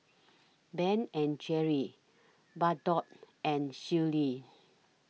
Ben and Jerry's Bardot and Sealy